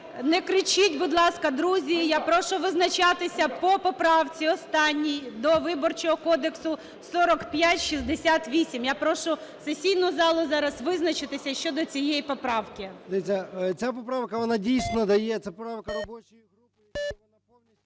Не кричіть, будь ласка. Друзі, я прошу визначатися по поправці останній до Виборчого кодексу 4568. Я прошу сесійну залу зараз визначитися щодо цієї поправки.